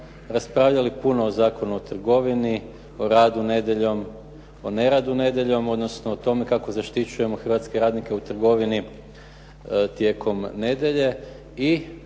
raspravljali puno o Zakonu o trgovini, o radu nedjeljom, o neradu nedjeljom odnosno o tome kako zaštićujemo hrvatske radnike u trgovini tijekom nedjelje.